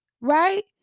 right